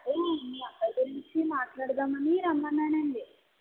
అదే మీ అబ్బాయి గురించి మాట్లాడదామని రమ్మన్నాను అండి